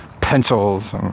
pencils